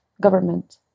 government